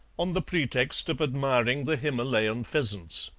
on the pretext of admiring the himalayan pheasants.